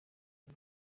uyu